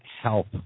help